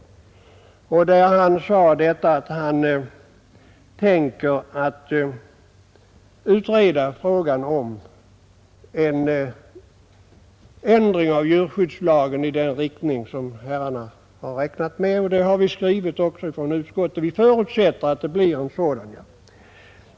Justitieministern sade att han tänkte utreda frågan om en ändring av djurskyddslagen i den riktning som herrarna har räknat med. Utskottet har även skrivit att vi förutsätter en sådan ändring.